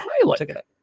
pilot